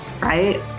right